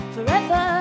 Forever